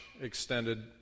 extended